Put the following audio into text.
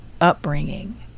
upbringing